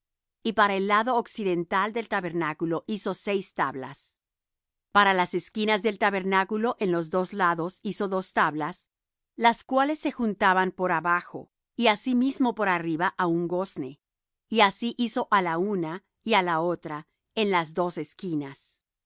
y para el lado occidental del tabernáculo hizo seis tablas para las esquinas del tabernáculo en los dos lados hizo dos tablas las cuales se juntaban por abajo y asimismo por arriba á un gozne y así hizo á la una y á la otra en las dos esquinas